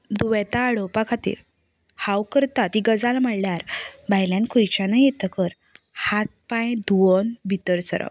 दुयेंता आडोवपा खातीर हांव करतां ती गजाल म्हणल्यार भायल्यान खंयच्यानय येतकच हात पांय धुवन भितर सरप